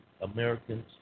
Americans